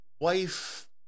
wife